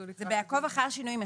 זה בעקוב אחר שינויים.